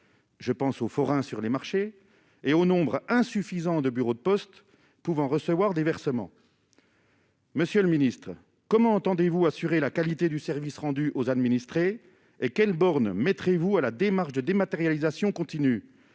je pense aux forains sur les marchés et au nombre insuffisant de bureaux de poste pouvant recevoir des versements. Monsieur le ministre comment entendez-vous assurer la qualité du service rendu aux administrés et quelle bornes mettrez-vous à la démarche de dématérialisation continue